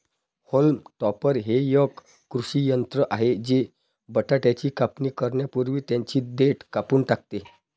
haulm topper हे एक कृषी यंत्र आहे जे बटाट्याची कापणी करण्यापूर्वी त्यांची देठ कापून टाकते